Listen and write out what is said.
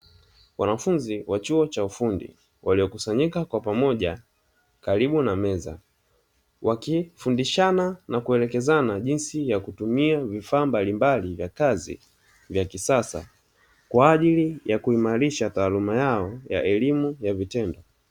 Wanafunzi wa chuo cha ufundi waliokusanyika kwa pamoja karibu na meza wakifundishana na kuelekezana jinsi ya kutumia vifaa mbalimbli vya kazi vya kisasa kwa ajili ya kuimarisha taaluma yao ya elimu ya vitendo.